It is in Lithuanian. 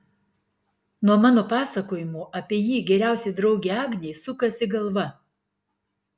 nuo mano pasakojimų apie jį geriausiai draugei agnei sukasi galva